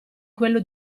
quello